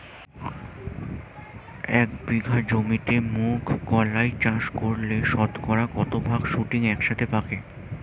এক বিঘা জমিতে মুঘ কলাই চাষ করলে শতকরা কত ভাগ শুটিং একসাথে পাকে?